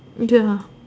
ya